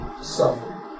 suffer